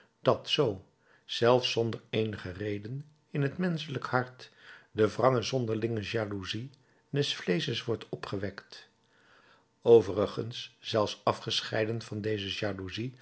dat zoo zelfs zonder eenige reden in het menschelijke hart de wrange zonderlinge jaloezie des vleesches wordt opgewekt overigens zelfs afgescheiden van deze jaloezie